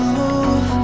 move